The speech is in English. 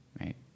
Right